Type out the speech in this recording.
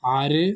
ஆறு